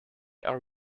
are